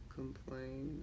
complain